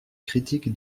critique